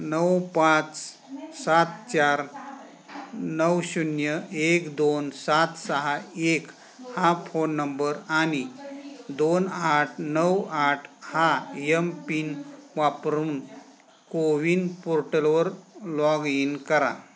नऊ पाच सात चार नऊ शून्य एक दोन सात सहा एक हा फोन नंबर आणि दोन आठ नऊ आठ हा यम पिन वापरून को विन पोर्टलवर लॉग इन करा